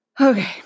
Okay